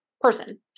person